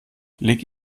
leg